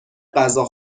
غذا